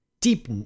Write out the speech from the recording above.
deep